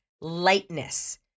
Lightness